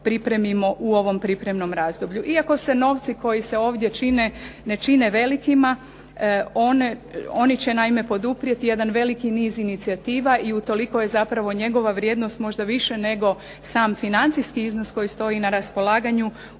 pripremimo u ovom pripremnom razdoblju. Iako se novci koji se ovdje čine ne čine velikima oni će naime poduprijeti jedan veliki niz inicijativa i utoliko je zapravo njegova vrijednost možda više nego sam financijski iznos koji stoji na raspolaganju